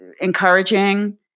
encouraging